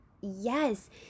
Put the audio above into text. Yes